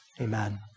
Amen